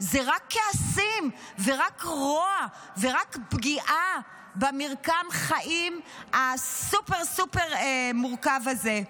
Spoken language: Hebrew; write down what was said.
זה רק כעסים ורק רוע ורק פגיעה במרקם החיים הסופר-סופר מורכב הזה.